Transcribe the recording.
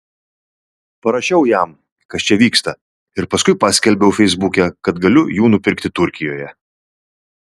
parašiau jam kas čia vyksta ir paskui paskelbiau feisbuke kad galiu jų nupirkti turkijoje